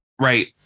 right